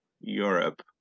Europe